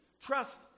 Trust